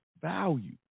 value